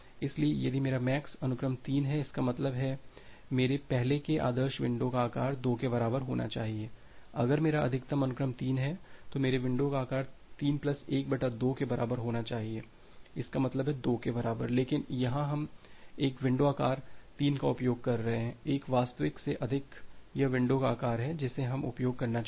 इसलिए यदि मेरा MAX अनुक्रम 3 है इसका मतलब है मेरे पहले के आदर्श विंडो का आकार 2 के बराबर होना चाहिए अगर मेरा अधिकतम अनुक्रम 3 है तो मेरे विंडो का आकार 3 1 2 के बराबर होना चाहिए इसका मतलब है 2 के बराबर लेकिन यहां हम एक विंडो आकार 3 का उपयोग कर रहे हैं 1 वास्तविक से अधिक यह विंडो का आकार है जिसे हमें उपयोग करना चाहिए